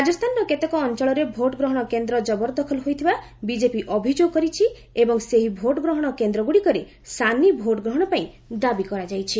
ରାଜସ୍ଥାନର କେତେକ ଅଞ୍ଚଳରେ ଭୋଟ ଗ୍ରହଣ କେନ୍ଦ୍ର ଜବରଦଖଲ ହୋଇଥିବା ବିଜେପି ଅଭିଯୋଗ କରିଛି ଏବଂ ସେହି ଭୋଟଗ୍ରହଣ କେନ୍ଦ୍ର ଗୁଡିକରେ ସାନି ଭୋଟଗ୍ରହଣ ପାଇଁ ଦାବି କରାଯାଇଛି